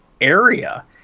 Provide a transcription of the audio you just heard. area